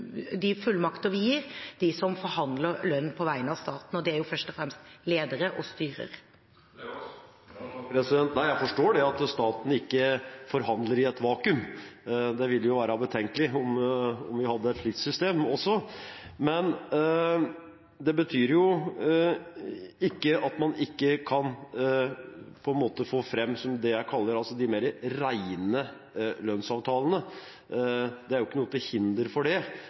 de fullmakter vi gir til dem som forhandler lønn på vegne av staten. Og det gjelder først og fremst ledere og styrer. Jeg forstår at staten ikke forhandler i et vakuum. Det ville være betenkelig om vi hadde et slikt system også. Men det betyr ikke at man ikke kan få fram det jeg vil kalle de mer rene lønnsavtalene. Det er ikke noe til hinder for det